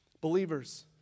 Believers